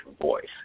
voice